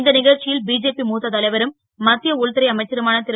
இந்த க ச்சி ல் பிஜேபி மூத்த தலைவரும் மத் ய உள்துறை அமைச்சருமான ரு